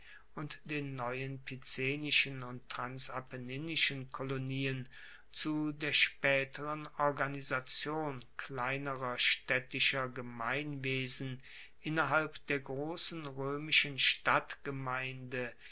und den neuen picenischen und transapenninischen kolonien zu der spaeteren organisation kleinerer staedtischer gemeinwesen innerhalb der grossen roemischen stadtgemeinde